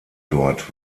dort